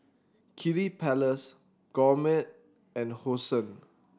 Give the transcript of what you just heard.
Kiddy Palace Gourmet and Hosen